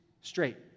straight